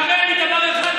תראה לי דבר אחד.